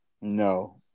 No